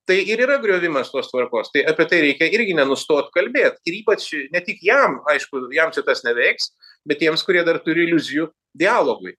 tai ir yra griovimas tos tvarkos tai apie tai reikia irgi nenustot kalbėt ir ypač ne tik jam aišku jam čia tas neveiks bet tiems kurie dar turi iliuzijų dialogui